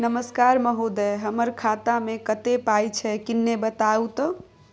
नमस्कार महोदय, हमर खाता मे कत्ते पाई छै किन्ने बताऊ त?